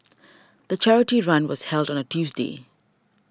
the charity run was held on a Tuesday